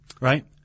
right